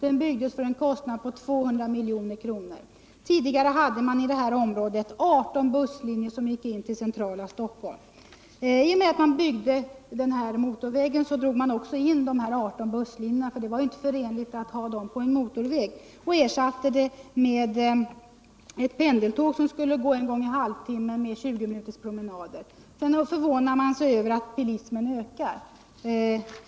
Den byggdes för en kostnad av 200 milj.kr. Tidigare hade man i det här området 18 bussförbindelser med centrala Stockholm. I och med att man byggde motorvägen drog man in dessa 18 busslinjer, för det gick ju inte att ha dem på en motorväg. De ersattes med ett pendeltåg som gick en gång i halvtimmen och till vilket man fick upp till 20 minuters promenad. I sådana fall kan man inte förvåna sig över att bilismen ökar.